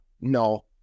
No